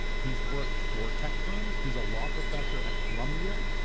he's worked for tech firms, he's a law professor at columbia,